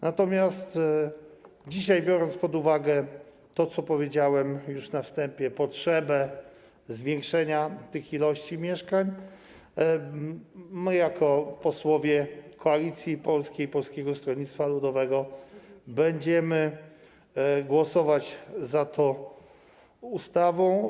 Natomiast dzisiaj, biorąc pod uwagę to, co powiedziałem już na wstępie, czyli potrzebę zwiększenia tej liczby mieszkań, my jako posłowie Koalicji Polskiej - Polskiego Stronnictwa Ludowego będziemy głosować za tą ustawą.